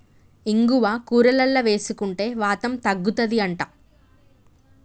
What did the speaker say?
ఇంగువ కూరలల్ల వేసుకుంటే వాతం తగ్గుతది అంట